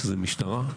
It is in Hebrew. שזה משטרה,